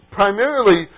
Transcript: primarily